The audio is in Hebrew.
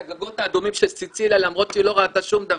הגגות האדומים של סיציליה למרות שהיא לא ראתה שום דבר.